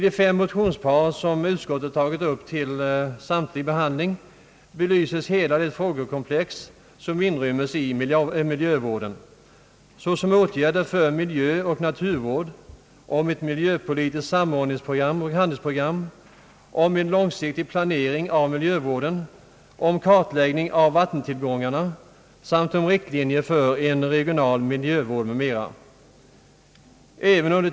De fem motionspar som utskottet tagit upp till samtidig behandling belyser hela det frågekomplex som inrymmes i miljövården, såsom åtgärder för miljöoch naturvård, ett miljöpolitiskt samordningsoch handlingsprogram, en långsiktig planering av miljövården, en kartläggning av vattentillgångarna samt riktlinjer för en regional miljövård m.m.